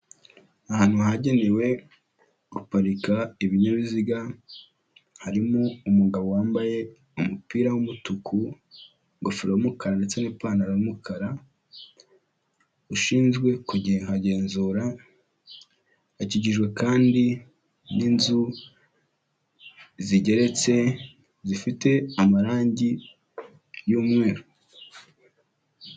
Ahantu hagenewe guparika ibinyabiziga, harimo umugabo wambaye umupira w'umutuku, ingofero y'umukara ndetse n'ipantaro y'umukara ushinzwe kuhagenzura, hakikijwe kandi n'inzu zigeretse zifite amarangi y'umweru.